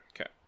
Okay